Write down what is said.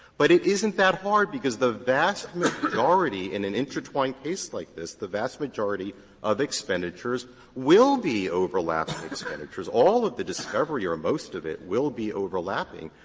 but it isn't that hard, because the vast majority in an intertwined case like this, the vast majority of expenditures will be overlapping expenditures. all of the discovery, or most of it, will be overlapping.